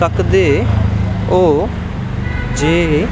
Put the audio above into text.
सकदे ओ जे